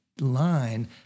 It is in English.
line